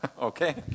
Okay